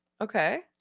Okay